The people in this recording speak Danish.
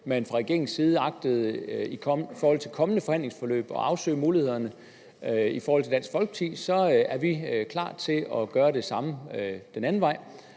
man fra regeringens side i kommende forhandlinger agter at afsøge mulighederne i forhold til Dansk Folkeparti, er vi klar til at gøre det samme den anden vej.